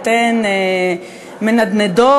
אתן מנדנדות"